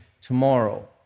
tomorrow